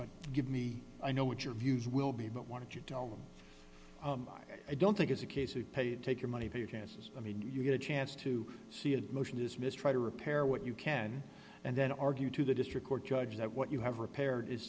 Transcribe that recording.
but give me i know what your views will be but want to tell them why i don't think it's a case of pay it take your money for your chances i mean you get a chance to see a motion to dismiss try to repair what you can and then argue to the district court judge that what you have repaired is